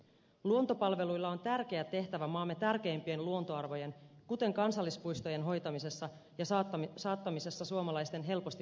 luontopalveluilla on tärkeä tehtävä maamme tärkeimpien luontoarvojen kuten kansallispuistojen hoitamisessa ja saattamisessa suomalaisten helposti tavoitettaviksi